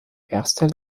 erster